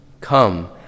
come